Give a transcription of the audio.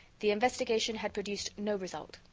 the investigation had produced no result.